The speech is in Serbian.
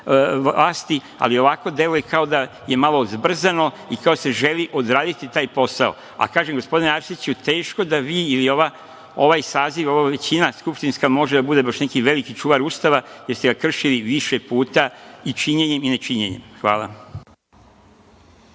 ali ovako deluje kao da je malo zbrzano i kao da se želi odraditi taj posao. Kažem, gospodine Arsiću teško da vi ili ovaj saziv, ova skupštinska većina može da bude baš neki veliki čuvar Ustava, jer ste ga kršili više puta i činjenjem i nečinjenjem. Hvala.